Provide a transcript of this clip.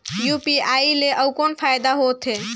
UPI ले अउ कौन फायदा होथ है?